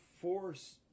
force